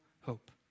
hope